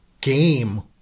game